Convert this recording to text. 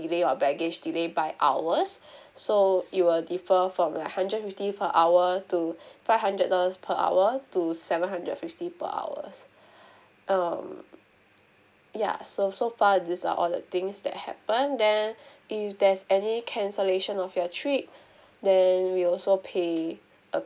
~elay or baggage delay by hours so it will differ from like hundred fifty per hour to five hundred dollars per hour to seven hundred fifty per hours um ya so so far these are the things that happened then if there's any cancellation of your trip then we'll also pay